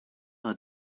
are